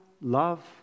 love